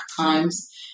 times